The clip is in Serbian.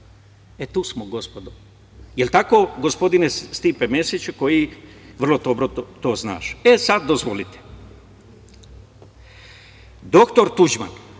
E, tu smo gospodo. El tako, gospodine Stipe Mesiću koji vrlo dobro to znaš.E, sad dozvolite, doktor Tuđman